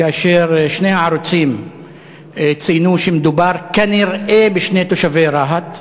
כאשר שני הערוצים ציינו שמדובר כנראה בשני תושבי רהט,